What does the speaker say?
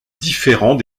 différent